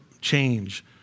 change